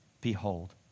behold